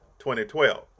2012